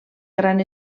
gran